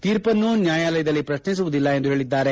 ತೀರ್ಪನ್ನು ನ್ದಾಯಾಲಯದಲ್ಲಿ ಪ್ರತ್ನಿಸುವುದಿಲ್ಲ ಎಂದು ಪೇಳಿದ್ದಾರೆ